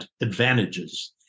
advantages